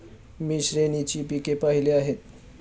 मी श्रेणीची पिके पाहिली आहेत